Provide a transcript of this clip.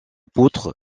poutre